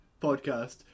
podcast